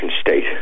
state